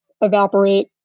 evaporate